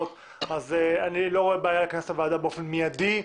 אז אני לא רואה בעיה לכנס את הוועדה באופן מידי.